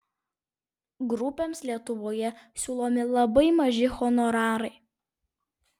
grupėms lietuvoje siūlomi labai maži honorarai